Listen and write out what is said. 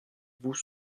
vous